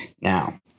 now